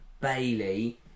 Bailey